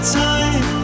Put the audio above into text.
time